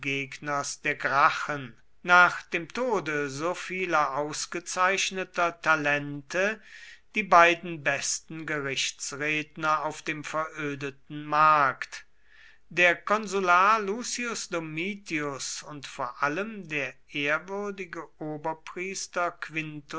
der gracchen nach dem tode so vieler ausgezeichneter talente die beiden besten gerichtsredner auf dem verödeten markt der konsular lucius domitius und vor allem der ehrwürdige oberpriester quintus